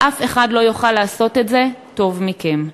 ואף אחד לא יוכל לעשות את זה טוב מכם.